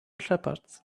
shepherds